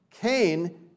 Cain